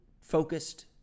focused